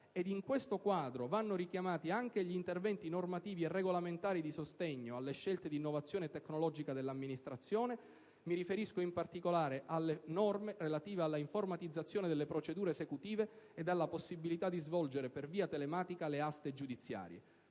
Ed in questo quadro vanno richiamati anche gli interventi normativi e regolamentari di sostegno alle scelte di innovazione tecnologica dell'amministrazione: mi riferisco in particolare alle norme relative alla informatizzazione delle procedure esecutive ed alla possibilità di svolgere per via telematica le aste giudiziarie.